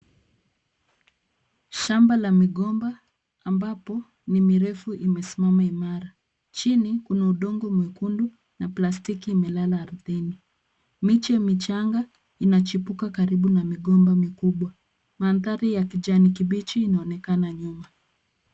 Shamba la migomba ambapo ni mirefu imesimama imara. Chini, kuna udongo mwekundu na plastiki imelala ardhini. Miche mchanga inachipuka karibu na migomba mikubwa. Mandhari ya kijani kibichi inaonekana nyuma.